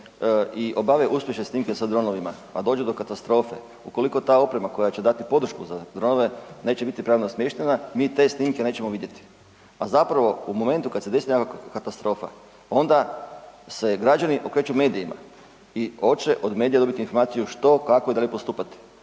se obave uspješne snimke sa dronovima a dođe do katastrofe, ukoliko ta oprema koja će dati podršku za dronove, neće biti pravno smještena, mi te snimke nećemo vidjeti a zapravo u momentu kad se desi nekakva katastrofa, onda se građani okreću medijima i oće od medija dobiti informaciju što i kako dalje postupat.